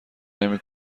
نمی